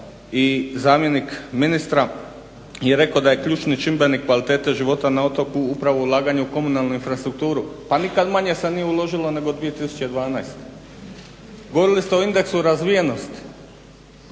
i zamjenik ministra je rekao da je ključni čimbenik kvalitete života na otoku upravo ulaganje u komunalnu infrastrukturu. Pa nikad manje se nije uložilo nego 2012. Govorili ste o indeksu razvijenosti,